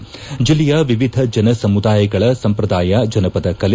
ಟಿಲ್ಲೆಯ ವಿವಿಧ ಜನ ಸಮುದಾಯಗಳ ಸಂಪ್ರದಾಯ ಜನಪದ ಕಲೆ